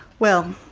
well,